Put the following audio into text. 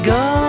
go